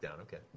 Okay